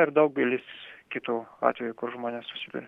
ir daugelis kitų atvejų kur žmonės susiduria